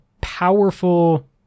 powerful